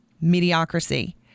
mediocrity